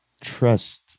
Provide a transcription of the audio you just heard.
trust